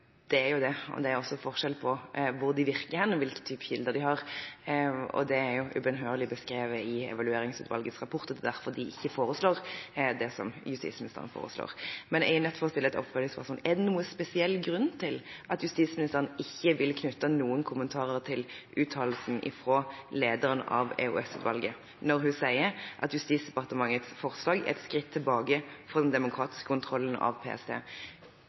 Det er jo det. Det er også forskjell på hvor de virker, og på hvilke typer kilder de har. Det er ubønnhørlig beskrevet i evalueringsutvalgets rapport, og det er derfor de ikke foreslår det som justisministeren foreslår. Jeg er nødt for å stille et oppfølgingsspørsmål. Er det noen spesiell grunn til at justisministeren ikke vil knytte noen kommentarer til uttalelsen fra lederen av EOS-utvalget, når hun sier at Justis- og beredskapsdepartementets forslag er et skritt tilbake for den demokratiske kontrollen av PST?